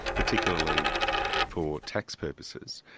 particularly for tax purposes.